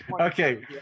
Okay